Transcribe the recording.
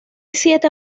siete